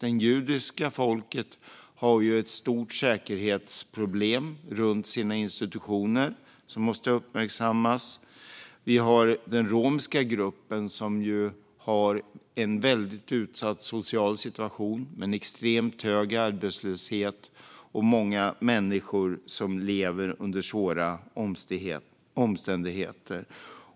Det judiska folket har ett stort säkerhetsproblem runt sina institutioner. Det måste uppmärksammas. Den romska gruppen har en väldigt utsatt social situation, med en extremt hög arbetslöshet och många människor som lever under svåra omständigheter.